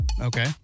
Okay